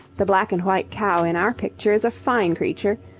the black and white cow in our picture is a fine creature,